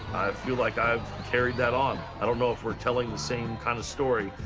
feel like i've carried that on. i don't know if we're telling the same kind of story,